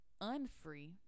unfree